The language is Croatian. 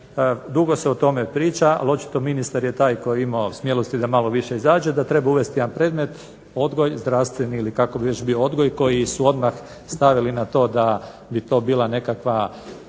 dugo se o tome priča, ali očito je ministar taj koji je imao smjelosti da malo više izađe da treba uvesti jedan predmet odgoj, zdravstveni ili kako bi već bio odgoj koji su odmah stavili na to da bi to bila nekakva